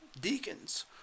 Deacons